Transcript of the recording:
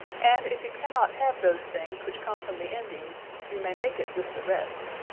and if you cannot have those things, which come from the indies, you may make it with the rest.